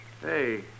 Hey